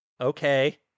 Okay